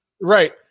right